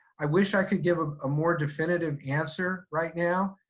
i wish i could give a ah more definitive answer right now.